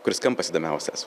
kuris kampas įdomiausias